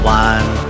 one